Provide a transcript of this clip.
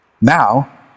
Now